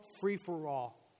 free-for-all